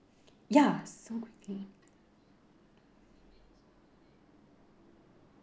ya so quick